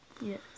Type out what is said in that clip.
Yes